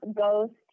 goes